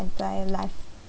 entire life